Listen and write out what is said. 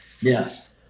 Yes